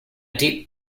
deep